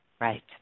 Right